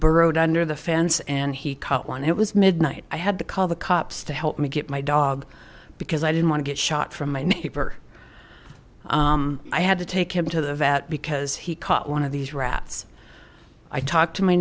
borrowed under the fence and he caught one it was midnight i had to call the cops to help me get my dog because i didn't want to get shot from my neighbor i had to take him to the vet because he caught one of these rats i talked to my